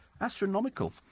Astronomical